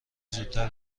زودتر